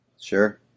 Sure